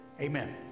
amen